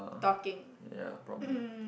yeah probably